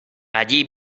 allí